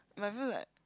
no I feel like